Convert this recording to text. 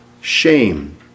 shame